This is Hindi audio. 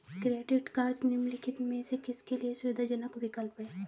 क्रेडिट कार्डस निम्नलिखित में से किसके लिए सुविधाजनक विकल्प हैं?